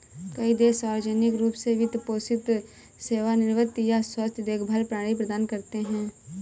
कई देश सार्वजनिक रूप से वित्त पोषित सेवानिवृत्ति या स्वास्थ्य देखभाल प्रणाली प्रदान करते है